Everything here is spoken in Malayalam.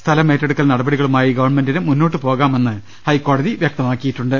സ്ഥലമേറ്റെടുക്കൽ നടപടികളുമായി ഗവൺമെന്റിന് മുന്നോട്ട്പോകാമെന്ന് ഹൈക്കോടതി വൃക്തമാക്കിയിട്ടുണ്ട്